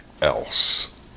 else